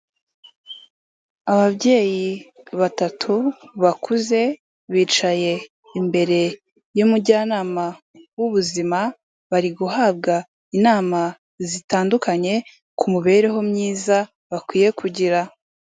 Ababyeyi batatu bakuze, bicaye imbere y'umujyanama w'ubuzima, bari guhabwa inama zitandukanye ku mibereho myiza bakwiye kugira.